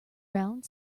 round